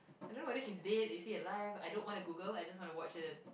and then whether he's dead is he alived I don't want to Google I just want to watch it